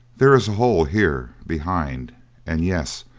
there is a hole here behind and, yes,